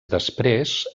després